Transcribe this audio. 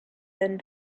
than